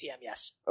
Yes